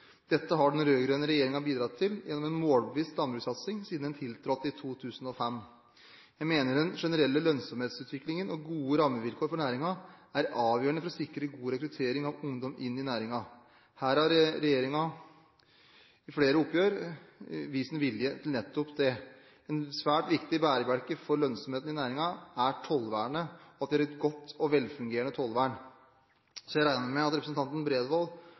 Dette har den rød-grønne regjeringen bidratt til gjennom en målbevisst landbrukssatsing siden den tiltrådte i 2005. Jeg mener den generelle lønnsomhetsutviklingen og gode rammevilkår for næringen er avgjørende for å sikre god rekruttering av ungdom inn i næringen. Her har regjeringen ved flere oppgjør vist en vilje til nettopp det. En svært viktig bærebjelke for lønnsomhet i næringen er tollvernet, at det er et godt og velfungerende tollvern. Jeg regner med at representanten Bredvold